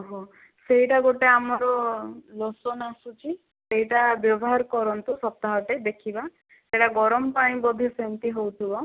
ଓହୋ ସେଇଟା ଗୋଟେ ଆମର ଲୋସନ ଆସୁଛି ସେଇଟା ବ୍ୟବହାର କରନ୍ତୁ ସପ୍ତାହଟେ ଦେଖିବା ସେଇଟା ଗରମ ପାଇଁ ବୋଧେ ସେମିତି ହେଉଥିବ